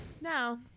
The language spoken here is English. Now